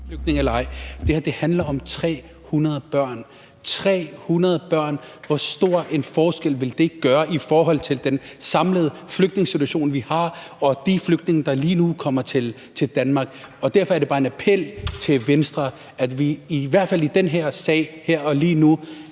flygtninge eller ej – at det her handler om 300 børn. 300 børn – hvor stor en forskel vil det gøre i forhold til den samlede flygtningesituation vi har, og de flygtninge, der lige nu kommer til Danmark? Derfor er det bare en appel til Venstre om, at vi i hvert fald i den her sag, lige nu